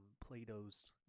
Plato's